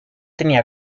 tenía